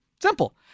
Simple